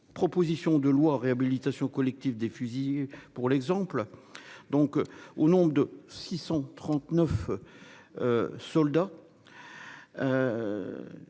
Proposition de loi réhabilitation collective des fusillés pour l'exemple. Donc au nombre de 639. Soldats.